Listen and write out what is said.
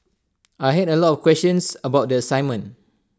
I had A lot of questions about the assignment